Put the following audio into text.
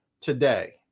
today